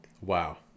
Wow